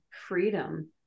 freedom